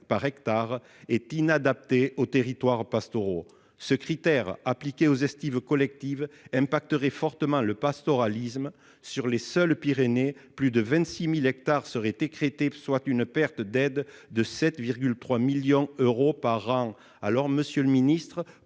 par hectare est inadapté aux territoires pastoraux. Appliqué aux estives collectives, ce critère affecterait fortement le pastoralisme. Dans les seules Pyrénées, plus de 26 000 hectares seraient écrêtés, soit une perte d'aides de 7,3 millions d'euros par an. Monsieur le ministre,